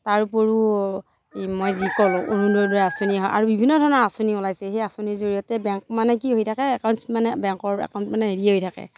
তাৰউপৰিও এই মই যি ক'লো অৰুণোদয় আঁচনি আৰু বিভিন্ন ধৰণৰ আঁচনি ওলাইছে সেই আঁচনিৰ জৰিয়তে বেংক মানে কি হৈ থাকে একাউণ্টচ মানে বেংকৰ একাউণ্ট মানে হেৰিয়ে হৈ থাকে